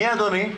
מי אדוני?